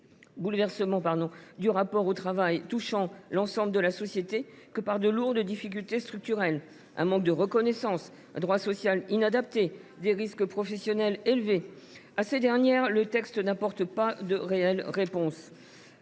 du rapport au travail touchant l’ensemble de la société que par de lourdes difficultés structurelles : manque de reconnaissance, droit social inadapté, risques professionnels élevés, etc. À ces dernières, le texte n’apporte pas de réelles réponses,